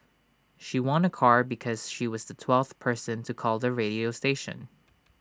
she won A car because she was the twelfth person to call the radio station